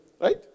right